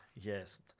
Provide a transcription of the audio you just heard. yes